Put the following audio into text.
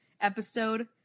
episode